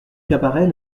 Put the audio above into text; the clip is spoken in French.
cabaret